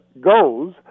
goes